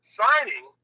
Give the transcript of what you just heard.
signing